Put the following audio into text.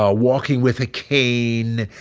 ah walking with a cane,